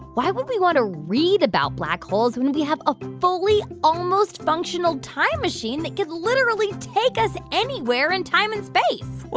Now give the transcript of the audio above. why would we want to read about black holes when we have a fully almost-functional time machine that could literally take us anywhere in time and space?